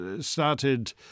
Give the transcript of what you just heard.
started